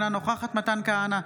אינה נוכחת מתן כהנא,